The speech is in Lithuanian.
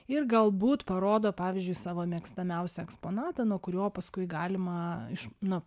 ir galbūt parodo pavyzdžiui savo mėgstamiausią eksponatą nuo kurio paskui galima iš nu